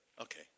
okay